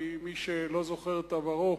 כי מי שלא זוכר את עברו,